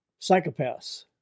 psychopaths